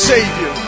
Savior